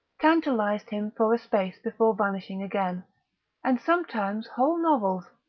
tantalised him for a space before vanishing again and sometimes whole novels,